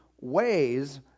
ways